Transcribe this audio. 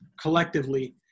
collectively